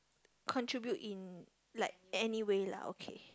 contribute in like anyway lah okay